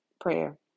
Prayer